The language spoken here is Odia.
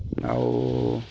ଆଉ